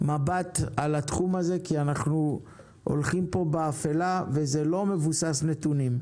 כי אנחנו הולכים פה באפילה וזה לא מבוסס נתונים.